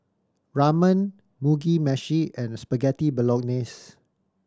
Ramen Mugi Meshi and Spaghetti Bolognese